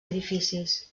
edificis